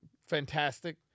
Fantastic